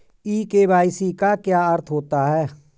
ई KYC का क्या अर्थ होता है?